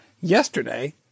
yesterday